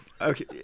okay